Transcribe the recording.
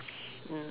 mm